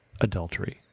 adultery